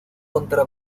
contra